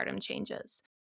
changes